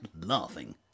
laughing